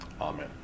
Amen